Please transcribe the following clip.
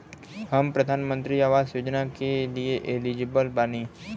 हम प्रधानमंत्री आवास योजना के लिए एलिजिबल बनी?